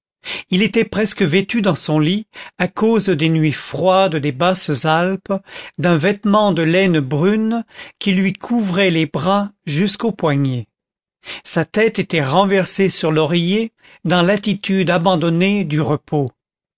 il était presque vêtu dans son lit à cause des nuits froides des basses alpes d'un vêtement de laine brune qui lui couvrait les bras jusqu'aux poignets sa tête était renversée sur l'oreiller dans l'attitude abandonnée du repos